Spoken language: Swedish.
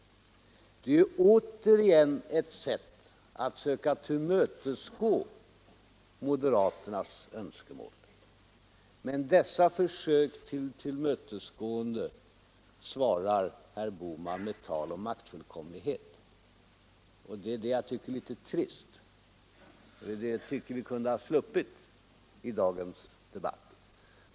Det är återigen ett sätt att försöka tillmötesgå moderaternas önskemål, men detta försök till tillmötesgående besvarar herr Bohman med tal om maktfullkomlighet. Det är litet trist, och det tycker jag vi borde ha sluppit i dagens debatt.